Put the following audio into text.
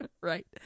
Right